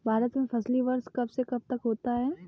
भारत में फसली वर्ष कब से कब तक होता है?